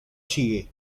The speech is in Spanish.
sigue